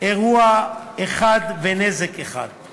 אירוע אחד ונזק אחד.